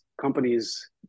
companies